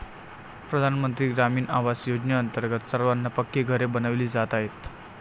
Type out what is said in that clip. प्रधानमंत्री ग्रामीण आवास योजनेअंतर्गत सर्वांना पक्की घरे बनविली जात आहेत